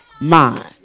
mind